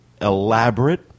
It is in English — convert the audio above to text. elaborate